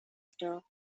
store